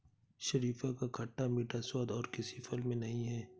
शरीफा का खट्टा मीठा स्वाद और किसी फल में नही है